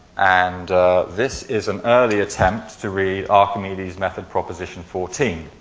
and this is an early attempt to read archimedes method proposition fourteen.